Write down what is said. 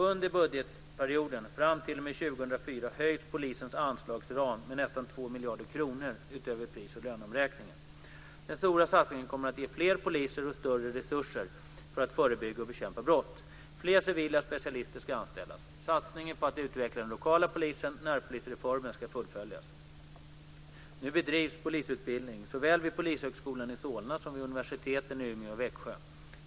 Under budgetperioden fram t.o.m. 2004 höjs polisens anslagsram med nästan 2 miljarder kronor utöver pris och löneomräkningen. Den stora satsningen kommer att ge fler poliser och större resurser för att förebygga och bekämpa brott. Fler civila specialister ska anställas. Satsningen på att utveckla den lokala polisen, närpolisreformen, ska fullföljas. Nu bedrivs polisutbildning såväl vid Polishögskolan i Solna som vid universiteten i Umeå och Växjö.